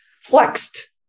flexed